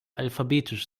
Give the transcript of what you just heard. alphabetisch